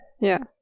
Yes